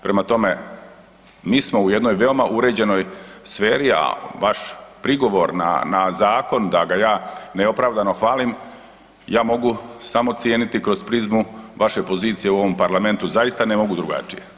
Prema tome, mi smo u jednoj veoma uređenoj sferi, a vaš prigovor na zakon, da ga ja neopravdano hvalim, ja mogu samo cijeniti kroz prizmu vaše pozicije u ovom Parlamentu, zaista ne mogu drugačije.